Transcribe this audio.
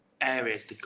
areas